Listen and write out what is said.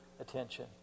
attention